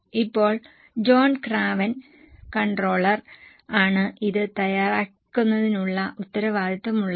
ഇപ്പോൾ John Craven controller John Craven the controller ആണ് ഇത് തയ്യാറാക്കുന്നതിനുള്ള ഉത്തരവാദിത്വമുള്ളത്